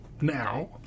now